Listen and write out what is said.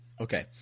Okay